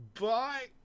Bye